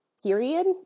Period